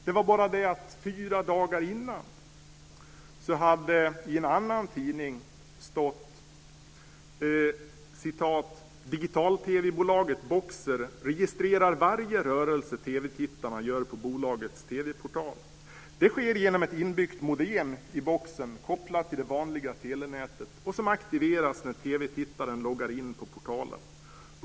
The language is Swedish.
Det var bara så att det fyra dagar tidigare hade stått i en annan tidning: "Digital-tv-bolaget Boxer registrerar varje rörelse tv-tittarna gör på bolagets tv-portal. Det sker genom ett inbyggt modem i boxen kopplat till det vanliga telenätet och som aktiveras när tv-tittaren loggar in på portalen.